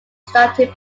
starting